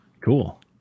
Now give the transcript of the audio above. Cool